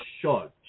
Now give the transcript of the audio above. short